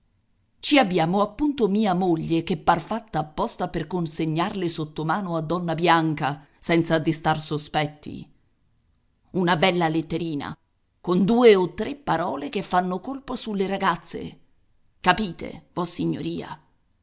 ci abbiamo appunto mia moglie che par fatta apposta per consegnarle sottomano a donna bianca senza destar sospetti una bella letterina con due o tre parole che fanno colpo sulle ragazze capite vossignoria